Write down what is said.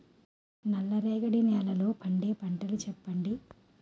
నల్ల రేగడి నెలలో పండే పంటలు చెప్పండి?